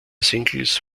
singles